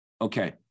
Okay